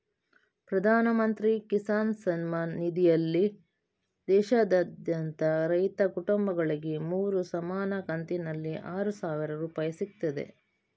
ಪ್ರಧಾನ ಮಂತ್ರಿ ಕಿಸಾನ್ ಸಮ್ಮಾನ್ ನಿಧಿನಲ್ಲಿ ದೇಶಾದ್ಯಂತ ರೈತ ಕುಟುಂಬಗಳಿಗೆ ಮೂರು ಸಮಾನ ಕಂತಿನಲ್ಲಿ ಆರು ಸಾವಿರ ರೂಪಾಯಿ ಸಿಗ್ತದೆ